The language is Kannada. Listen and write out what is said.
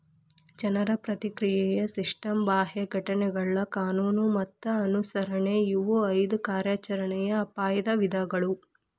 ಜನರ ಪ್ರಕ್ರಿಯೆಯ ಸಿಸ್ಟಮ್ ಬಾಹ್ಯ ಘಟನೆಗಳ ಕಾನೂನು ಮತ್ತ ಅನುಸರಣೆ ಇವು ಐದು ಕಾರ್ಯಾಚರಣೆಯ ಅಪಾಯದ ವಿಧಗಳು